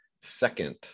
second